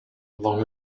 along